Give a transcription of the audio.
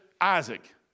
Isaac